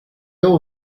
all